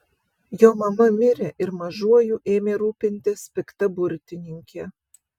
jo mama mirė ir mažuoju ėmė rūpintis pikta burtininkė